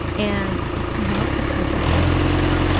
and it's not because you're white people.